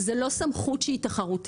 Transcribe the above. זה לא סמכות שהיא תחרותית.